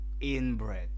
inbred